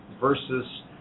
versus